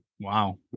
Wow